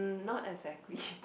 not exactly